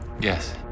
Yes